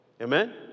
Amen